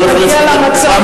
אני קורא אותך לסדר פעם ראשונה.